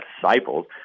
disciples